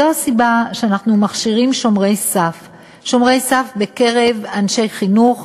זו הסיבה שאנחנו מכשירים "שומרי סף" בקרב אנשי חינוך,